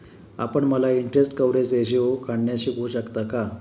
आपण मला interest coverage ratio काढण्यास शिकवू शकता का?